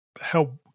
help